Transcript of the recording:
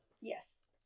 Yes